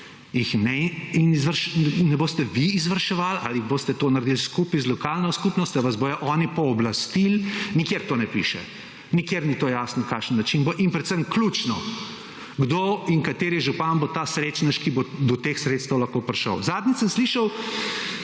imeti. In ne boste vi izvrševali ali boste to naredili skupaj z lokalno skupnostjo, vas bojo oni pooblastili, nikjer to ne piše, nikjer ni to jasno, kakšen način bo. In predvsem ključno, kdo in kateri župan bo ta srečnež, ki bo do teh sredstev lahko prišel. Zadnjič sem slišal